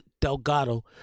Delgado